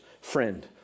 Friend